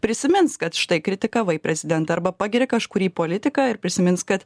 prisimins kad štai kritikavai prezidentą arba pagiria kažkurį politiką ir prisimins kad